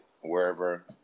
wherever